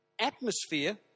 Atmosphere